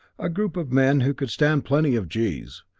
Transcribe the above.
a group of men who could stand plenty of g's.